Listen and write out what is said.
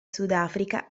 sudafrica